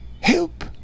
help